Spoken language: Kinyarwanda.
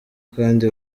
kandi